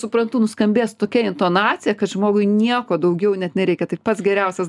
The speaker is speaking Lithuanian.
suprantu nuskambės tokia intonacija kad žmogui nieko daugiau net nereikia tai pats geriausias